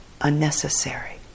unnecessary